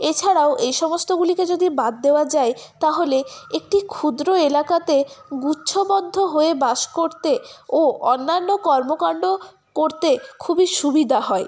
এছাড়াও এই সমস্তগুলিকে যদি বাদ দেওয়া যায় তাহলে একটি ক্ষুদ্র এলাকাতে গুচ্ছবদ্ধ হয়ে বাস করতে ও অন্যান্য কর্মকান্ড করতে খুবই সুবিধা হয়